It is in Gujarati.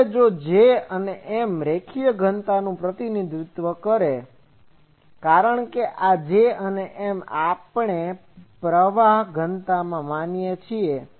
હવે જો J અને M રેખીય ઘનતાનું પ્રતિનિધિત્વ કરે છે કારણ કે આ J અને M ને આપણે પ્રવાહ ઘનતા માનીએ છીએ